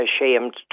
ashamed